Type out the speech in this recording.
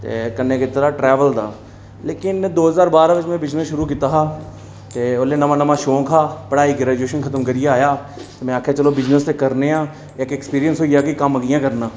ते कन्नै कीते दा ट्रैवल दा लेकिन दो ज्हार बारां दा में बिजनस शुरू कीता हा ते ओल्लै नमां नमां शौक हा पढ़ाई ग्रैजुशन खत्म करियै आया हा मं आखेआ चलो बिजनस करने आं अक्सपिरियंस होई जा कि कम्म कि'यां करना